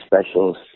specials